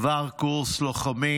עבר קורס לוחמים